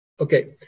Okay